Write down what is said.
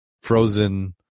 frozen